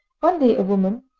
one day a woman,